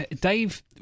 Dave